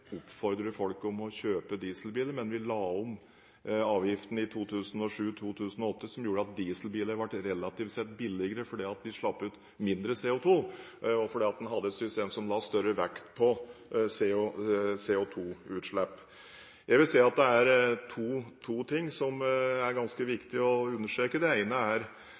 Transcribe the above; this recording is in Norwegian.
folk til å kjøpe dieselbiler, men vi la om avgiftene i 2007–2008, noe som gjorde at dieselbiler relativt sett ble billigere, fordi de slapp ut mindre CO2, og fordi en hadde et system som la større vekt på CO2-utslipp. Jeg vil si at det er to ting som er ganske viktig å understreke. Det ene er